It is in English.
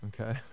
Okay